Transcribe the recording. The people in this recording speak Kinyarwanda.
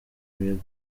biga